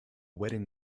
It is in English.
wedding